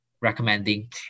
recommending